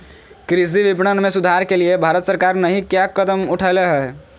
कृषि विपणन में सुधार के लिए भारत सरकार नहीं क्या कदम उठैले हैय?